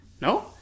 No